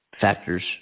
factors